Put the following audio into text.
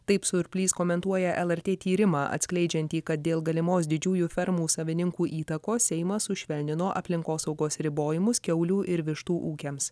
taip surplys komentuoja lrt tyrimą atskleidžiantį kad dėl galimos didžiųjų fermų savininkų įtakos seimas sušvelnino aplinkosaugos ribojimus kiaulių ir vištų ūkiams